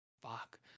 fuck